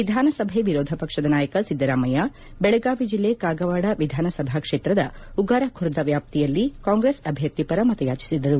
ವಿಧಾನಸಭೆ ವಿರೋಧ ಪಕ್ಷದ ನಾಯಕ ಸಿದ್ದರಾಮಯ್ಯ ಬೆಳಗಾವಿ ಜಿಲ್ಲೆ ಕಾಗವಾಡ ವಿಧಾನಸಭಾ ಕ್ಷೇತ್ರದ ಉಗಾರಖುರ್ದ ವ್ಯಾಪ್ತಿಯಲ್ಲಿ ಕಾಂಗ್ರೆಸ್ ಅಧ್ಯರ್ಥಿಪರ ಮತಯಾಚಿಸಿದರು